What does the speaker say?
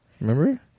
remember